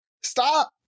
stop